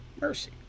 mercy